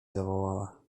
zawołała